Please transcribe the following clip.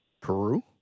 Peru